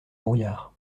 brouillard